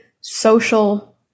social